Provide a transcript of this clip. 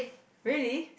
really